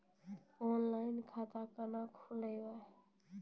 Online खाता केना खोलभैबै?